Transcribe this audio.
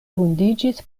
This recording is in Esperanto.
vundiĝis